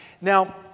Now